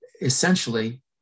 essentially